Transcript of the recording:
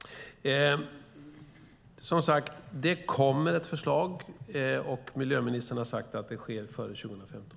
Det kommer, som sagt, ett förslag, och miljöministern har sagt att det kommer att ske före 2015.